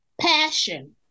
passion